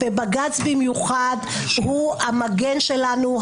ובג"ץ במיוחד הוא המגן שלנו,